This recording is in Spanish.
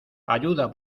ayuda